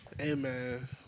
Amen